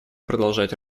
продолжать